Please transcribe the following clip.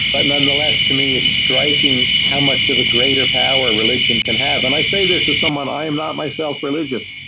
but nonetheless, to me, it's striking how much of a greater power religion can have, and i say this as someone i am not myself religious.